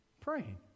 Praying